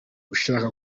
ushaka